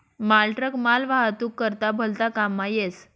मालट्रक मालवाहतूक करता भलता काममा येस